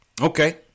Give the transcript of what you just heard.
Okay